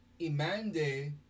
Imande